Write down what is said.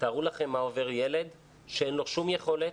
תארו לכם מה עובר ילד שאין לו שום יכולת,